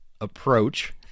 approach